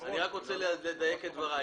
אני רק רוצה לדייק את דבריי.